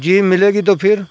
جی ملے گی تو پھر